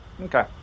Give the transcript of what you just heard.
Okay